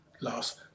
last